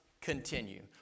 continue